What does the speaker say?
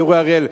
אורי אריאל,